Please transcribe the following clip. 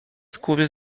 skóry